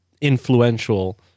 influential